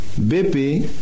BP